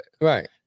Right